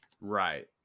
Right